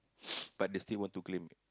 but they still want to claim